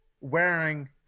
wearing